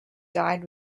died